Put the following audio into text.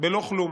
בלא כלום.